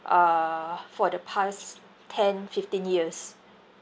uh for the past ten fifteen years